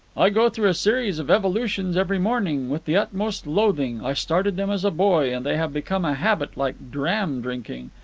i go through a series of evolutions every morning, with the utmost loathing. i started them as a boy, and they have become a habit like dram-drinking.